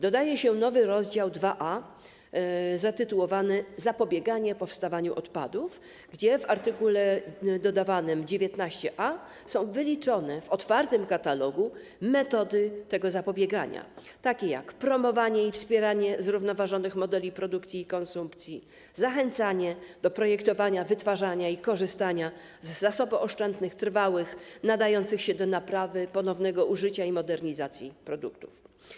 Dodaje się nowy rozdział 2a, zatytułowany: „Zapobieganie powstawaniu odpadów”, gdzie w dodawanym art. 19a są wyliczone w otwartym katalogu metody tego zapobiegania, takie jak promowanie i wspieranie zrównoważonych modeli produkcji i konsumpcji, zachęcanie do projektowania, wytwarzania i korzystania z zasobooszczędnych, trwałych, nadających się do naprawy, ponownego użycia i modernizacji produktów.